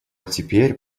теперь